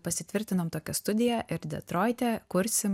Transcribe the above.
pasitvirtinom tokią studiją ir detroite kursim